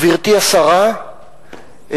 גברתי השרה,